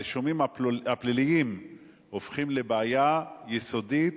הרישומים הפליליים הופכים לבעיה יסודית